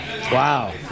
Wow